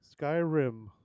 Skyrim